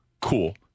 cool